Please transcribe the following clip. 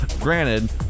Granted